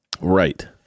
right